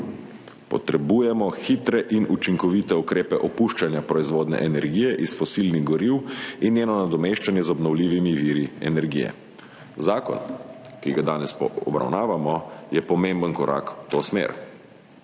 potrebujemo hitre in učinkovite ukrepe opuščanja proizvodnje energije iz fosilnih goriv in njeno nadomeščanje z obnovljivimi viri energije. Zakon, ki ga danes obravnavamo, je pomemben korak v to smer.